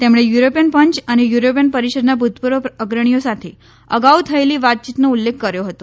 તેમણે યુરોપીયન પંચ અને યુરોપીયન પરીષદના ભુતપુર્વ અગ્રણીઓ સાથે અગાઉ થયેલી વાતચીતનો ઉલ્લેખ કર્યો હતો